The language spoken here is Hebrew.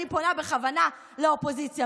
אני פונה בכוונה לאופוזיציה.